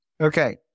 Okay